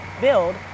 build